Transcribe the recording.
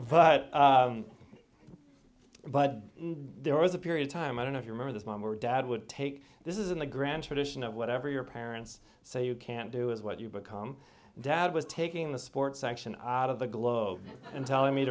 but but there was a period time i don't know if you remember this mom or dad would take this is in the grand tradition of whatever your parents say you can do is what you become dad was taking the sports action art of the globe and telling me